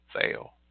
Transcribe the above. fail